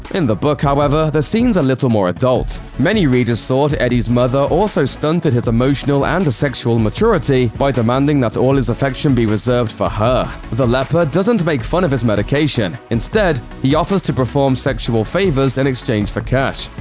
in the book, however, the scene's a little more adult. many readers thought eddie's mother also stunted his emotional and sexual maturity by demanding that all his affection be reserved for her. the leper doesn't make fun of his medication instead, he offers to perform sexual favors in and exchange for cash,